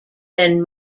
than